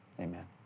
amen